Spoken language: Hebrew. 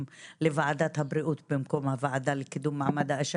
לוועדת הבריאות במקום הוועדה לקידום מעמד האישה,